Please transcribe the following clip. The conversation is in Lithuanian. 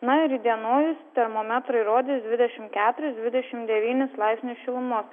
na ir įdienojus termometrai rodys dvidešimt keturis dvidešimt devynis laipsnius šilumos